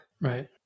Right